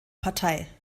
partei